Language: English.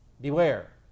Beware